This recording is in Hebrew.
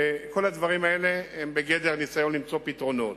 כל הדברים האלה הם בגדר ניסיון למצוא פתרונות.